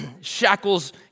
shackles